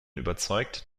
überzeugt